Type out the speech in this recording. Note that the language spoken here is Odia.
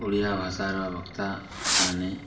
ଓଡ଼ିଆ ଭାଷାର ଭକ୍ତାମାନେ